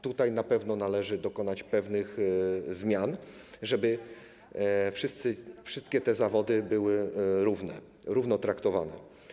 Tutaj na pewno należy dokonać pewnych zmian, żeby wszystkie te zawody były równe, równo traktowane.